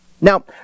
Now